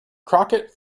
crockett